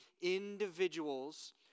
individuals